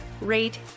rate